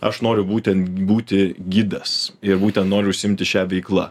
aš noriu būten būti gidas ir būten noriu užsiimti šia veikla